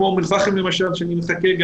כמו אום אל-פאחם למשל שאני מחכה,